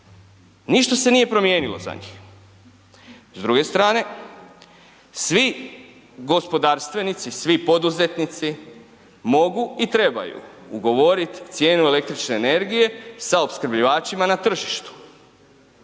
Ništa se nije promijenilo za njih. S druge strane svi gospodarstvenici, svi poduzetnici mogu i trebaju ugovorit cijenu električne energije sa opskrbljivačima na tržištu.